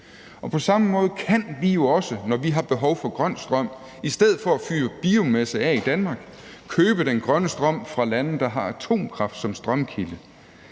På samme måde kan vi jo også, når vi har behov for grøn strøm, i stedet for at fyre biomasse af i Danmark købe den grønne strøm fra lande, der har atomkraft som strømkilde,